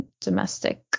domestic